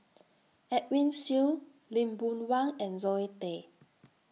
Edwin Siew Lee Boon Wang and Zoe Tay